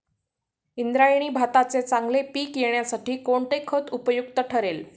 इंद्रायणी भाताचे चांगले पीक येण्यासाठी कोणते खत उपयुक्त ठरेल?